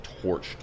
torched